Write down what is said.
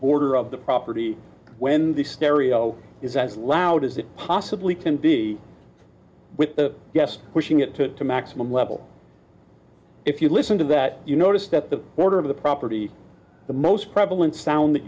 border of the property when the stereo is as loud as it possibly can be with the guest pushing it to a maximum level if you listen to that you notice that the order of the property the most prevalent sound that